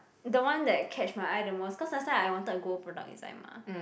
the one that catch my eye the most cause last time I wanted go product design mah